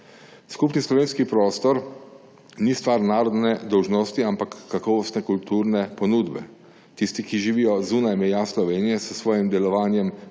Skupni slovenski prostor ni stvar narodne dolžnosti, ampak kakovostne kulturne ponudbe. Tisti, ki živijo zunaj meja Slovenije, s svojim delovanjem